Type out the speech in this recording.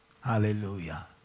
hallelujah